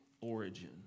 origin